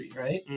right